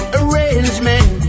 arrangement